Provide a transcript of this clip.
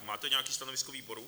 Máte nějaké stanovisko výboru?